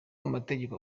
amategeko